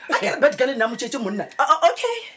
Okay